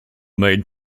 made